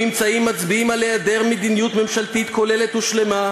הממצאים מצביעים על היעדר מדיניות ממשלתית כוללת ושלמה,